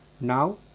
Now